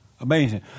Amazing